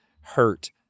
hurt